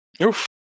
Oof